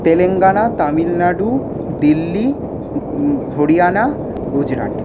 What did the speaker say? Telangana Tamil Nadu Delhi Haryana Gujarat